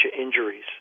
injuries